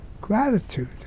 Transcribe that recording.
gratitude